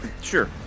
Sure